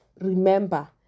remember